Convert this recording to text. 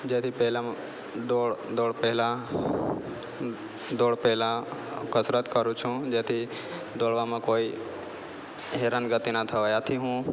જેથી પહેલાં દોડ દોડ પહેલાં દોડ પહેલાં કસરત કરું છું જેથી દોડવામાં કોઈ હેરાનગતી ના થવાય આથી હું